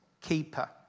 keeper